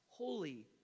Holy